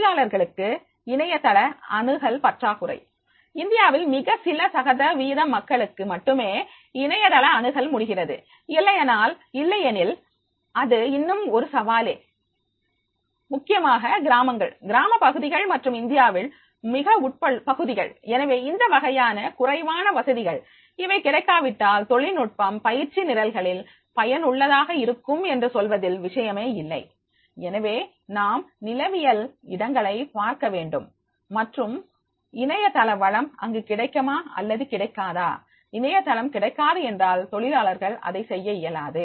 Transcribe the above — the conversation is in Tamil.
தொழிலாளர்களுக்கு இணையதள அணுகல் பற்றாக்குறை இந்தியாவில் மிக சில சதவீதம் மக்களுக்கு மட்டுமே இணையதளம் அணுகல் முடிகிறது இல்லையெனில் அது இன்னும் ஒரு சவாலே முக்கியமாக கிராமங்கள் கிராம பகுதிகள் மற்றும் இந்தியாவில் மிக உட்பகுதிகள் எனவே இந்த வகையான குறைவான வசதிகள் இவை கிடைக்காவிட்டால் தொழில்நுட்பம் பயிற்சி நிரல்களில் பயனுள்ளதாக இருக்கும் என்று சொல்வதில் விஷயமே இல்லை எனவே நாம் நிலவியல் இடங்களைப் பார்க்க வேண்டும் மற்றும் இணையதள வளம் அங்கு கிடைக்குமா அல்லது கிடைக்காதா இணையதளம் கிடைக்காது என்றால் தொழிலாளர்கள் அதை செய்ய இயலாது